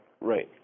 Right